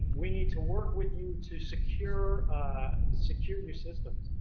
we need to work with you to secure secure your systems,